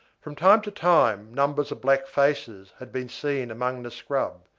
from time to time numbers of black faces had been seen among the scrub,